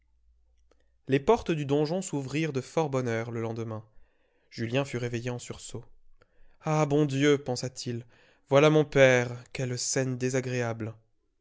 les portes du donjon s'ouvrirent de fort bonne heure le lendemain julien fut réveillé en sursaut ah bon dieu pensa-t-il voilà mon père quelle scène désagréable